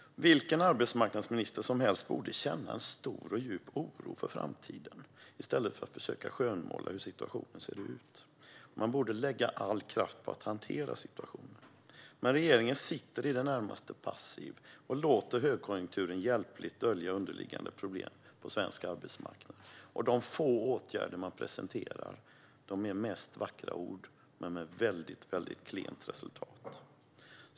Vilken arbetsmarknadsminister som helst borde känna en stor och djup oro för framtiden i stället för att försöka skönmåla situationen. Man borde lägga all kraft på att hantera situationen. Men regeringen sitter i det närmaste passiv och låter högkonjunkturen hjälpligt dölja underliggande problem på svensk arbetsmarknad. Och de få åtgärder man presenterar är mest vackra ord men med väldigt klent resultat.